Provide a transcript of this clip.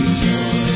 joy